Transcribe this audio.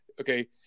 Okay